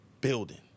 building